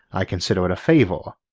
i consider it a favor.